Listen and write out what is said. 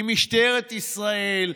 עם משטרת ישראל,